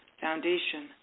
foundation